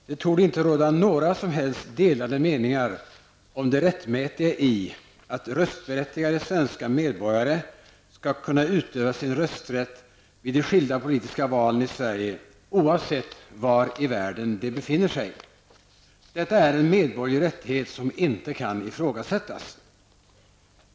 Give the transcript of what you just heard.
Fru talman! Det torde inte råda några som helst delade meningar om det rättmätiga i att röstberättigade svenska medborgare skall kunna utöva sin rösträtt vid de skilda politiska valen i Sverige, oavsett var i världen de befinner sig. Det är en medborgerlig rättighet som inte kan ifrågasättas.